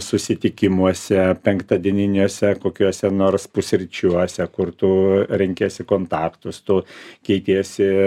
susitikimuose penktadieniuose kokiuose nors pusryčiuose kur tu renkiesi kontaktus tu keitiesi